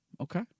Okay